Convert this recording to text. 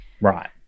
right